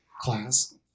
class